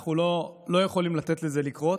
אנחנו לא יכולים לתת לזה לקרות.